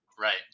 Right